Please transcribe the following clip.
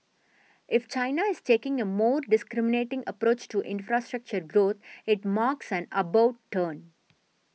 if China is taking a more discriminating approach to infrastructure growth it marks an about turn